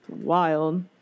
Wild